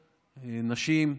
נשים,